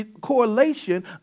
correlation